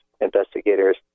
investigators